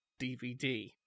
DVD